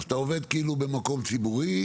אתה עובד כאילו במקום ציבורי